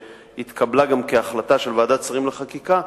שהתקבלה גם כהחלטה של ועדת שרים לחקיקה,